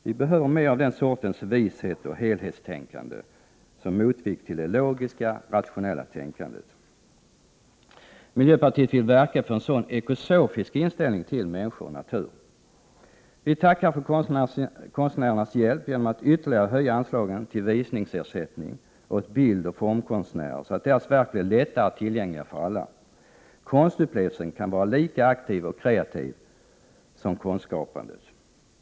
Vi behöver mer av den sortens vishet och helhetstänkande som motvikt till det logiska rationella tänkandet. Miljöpartiet vill verka för en sådan ekosofisk inställning till människor och natur. Vi tackar för konstnärernas hjälp genom att ytterligare höja anslagen till visningsersättning åt bildoch formkonstnärer, så att deras verk blir lättare tillgängliga för alla. Konstupplevelsen kan vara lika aktiv och kreativ som konstskapandet.